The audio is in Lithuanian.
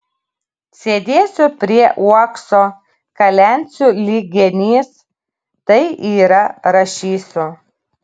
sėdėsiu prie uokso kalensiu lyg genys tai yra rašysiu